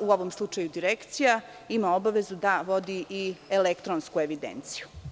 u ovom slučaju, Direkcija ima obavezu da vodi i elektronsku evidenciju.